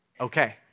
okay